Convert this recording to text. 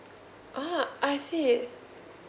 ah I see